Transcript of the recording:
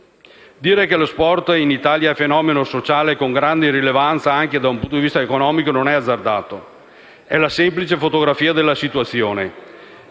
Dire che lo sport in Italia è un fenomeno sociale con grande rilevanza anche da un punto di vista economico non è azzardato; è la semplice fotografia della situazione